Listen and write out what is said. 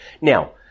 Now